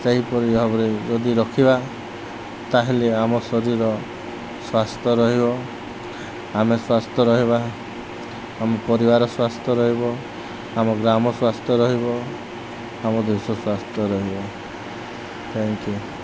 ସେହିପରି ଭାବରେ ଯଦି ରଖିବା ତା'ହେଲେ ଆମ ଶରୀର ସ୍ୱାସ୍ଥ୍ୟ ରହିବ ଆମେ ସ୍ୱାସ୍ଥ୍ୟ ରହିବା ଆମ ପରିବାର ସ୍ୱାସ୍ଥ୍ୟ ରହିବ ଆମ ଗ୍ରାମ ସ୍ୱାସ୍ଥ୍ୟ ରହିବ ଆମ ଦେଶ ସ୍ୱାସ୍ଥ୍ୟ ରହିବ ଥ୍ୟାଙ୍କ ୟୁ